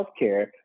Healthcare